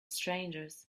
strangers